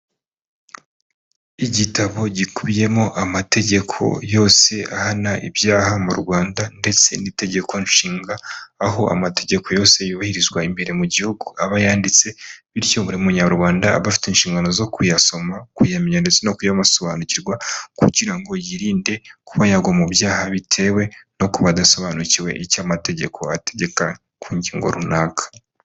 Igitabo gikubiyemo amategeko yose ahana ibyaha mu Rwanda ndetse n'itegeko nshinga aho amategeko yose yubahirizwa imbere mu gihugu aba yanditse, bityo buri munyarwanda aba afite inshingano zo kuyasoma, kuyamenya ndetse no kuyasobanukirwa, kugira ngo yirinde kuba yagwa mu byaha bitewe no ku badasobanukiwe icyo amategeko ategeka ku ngingo runaka.